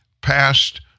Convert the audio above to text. passed